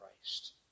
Christ